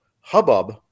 hubbub